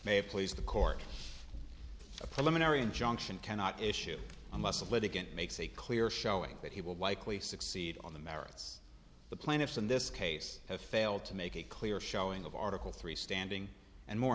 may please the court a preliminary injunction cannot issue unless a litigant makes a clear showing that he will likely succeed on the merits the plaintiffs in this case have failed to make a clear showing of article three standing and more